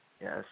Yes